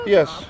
Yes